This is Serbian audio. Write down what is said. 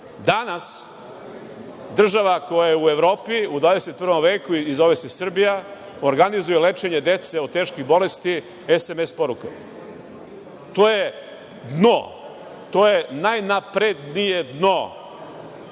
dece. Danas, država koja je u Evropi, u 21. veku i zove se Srbija, organizuje lečenje dece od teške bolesti SMS porukama. To je dno. To je najnaprednije dno